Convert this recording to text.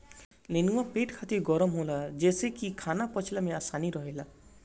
नेनुआ पेट खातिर गरम होला जेसे की खाना पचला में आसानी रहेला